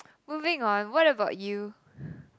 moving on what about you